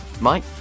Mike